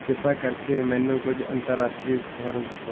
ਕਿਰਪਾ ਕਰਕੇ ਮੈਨੂੰ ਕੁਝ ਅੰਤਰਰਾਸ਼ਟਰੀ ਖਬਰਾਂ ਦੱਸੋ